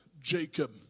Jacob